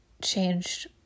changed